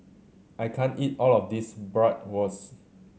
I can't eat all of this Bratwurst